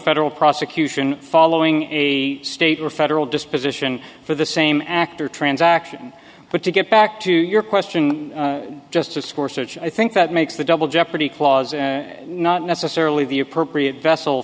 federal prosecution following a state or federal disposition for the same act or transaction but to get back to your question just discourse which i think that makes the double jeopardy clause and not necessarily the appropriate vessel